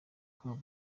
kabo